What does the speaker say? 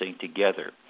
together